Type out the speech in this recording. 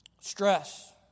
Stress